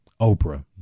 Oprah